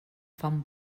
fan